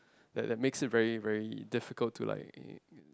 that that makes it very very difficult to like uh